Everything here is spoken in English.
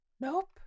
Nope